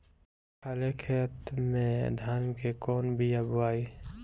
खाले खेत में धान के कौन बीया बोआई?